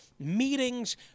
meetings